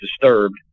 disturbed